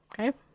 Okay